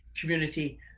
community